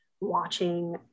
watching